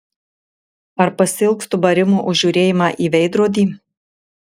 ar pasiilgstu barimo už žiūrėjimą į veidrodį